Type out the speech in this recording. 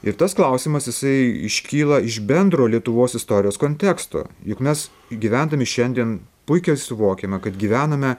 ir tas klausimas jisai iškyla iš bendro lietuvos istorijos konteksto juk mes gyvendami šiandien puikiai suvokiame kad gyvename